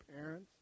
parents